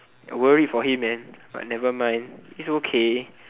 I worried for him man but nevermind it's okay